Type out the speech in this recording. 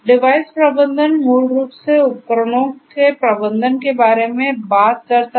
device प्रबंधन मूल रूप से उपकरणों के प्रबंधन के बारे में बात करता है